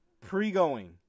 pre-going